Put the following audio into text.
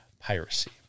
piracy